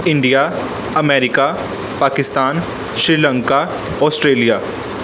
India America Pakistan Sri Lanka Australia